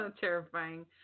terrifying